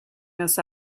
this